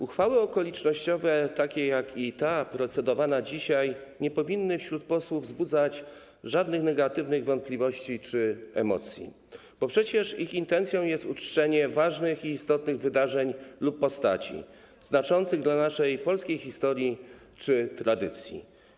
Uchwały okolicznościowe, takie jak i ta procedowana dzisiaj, nie powinny wśród posłów wzbudzać żadnych negatywnych wątpliwości czy emocji, bo przecież ich intencją jest uczczenie ważnych i istotnych wydarzeń lub postaci znaczących dla naszej polskiej historii czy tradycji.